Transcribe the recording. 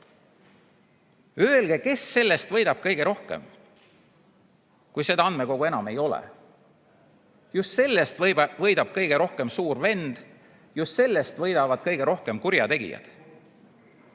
öelge, kes sellest võidab kõige rohkem, kui seda andmekogu enam ei ole? Just sellest võidab kõige rohkem suur vend. Just sellest võidavad kõige rohkem kurjategijad.